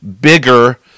bigger